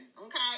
okay